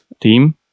team